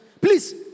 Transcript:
Please